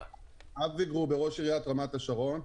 אבי גרובר, ראש עיריית רמת השרון.